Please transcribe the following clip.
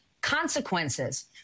consequences